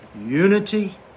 unity